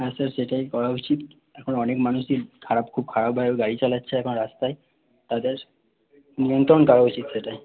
হ্যাঁ স্যার সেটাই করা উচিত এখন অনেক মানুষই খারাপ খুব খারাপভাবে গাড়ি চালাচ্ছে এখন রাস্তায় তাদের নিয়ন্ত্রণ দেওয়া উচিত সেটাই